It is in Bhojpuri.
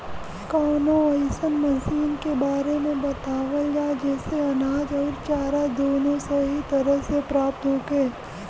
कवनो अइसन मशीन के बारे में बतावल जा जेसे अनाज अउर चारा दोनों सही तरह से प्राप्त होखे?